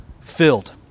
filled